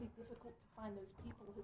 difficult to find those